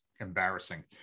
embarrassing